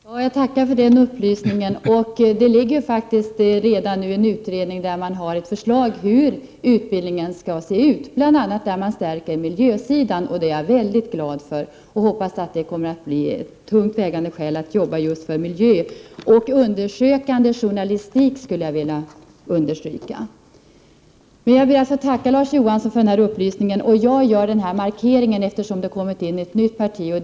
Fru talman! Jag tackar för den upplysningen. Det finns en utredning som har utarbetat ett förslag till hur utbildningen skall se ut — bl.a. förstärks miljösidan, vilket jag är mycket glad över. Jag hoppas att detta kommer att bli ett tungt vägande skäl att jobba just för miljön och inte minst — det vill jag understryka — undersökande journalistik. Jag tackar alltså Larz Johansson för upplysningen. Genom min markering vill jag visa att det kommit in ett nytt parti i riksdagen.